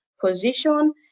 position